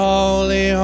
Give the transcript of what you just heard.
Holy